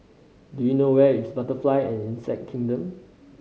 do you know where is Butterfly and Insect Kingdom